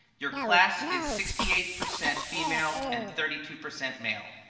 your class is sixty eight percent female and thirty two percent male.